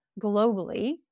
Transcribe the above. globally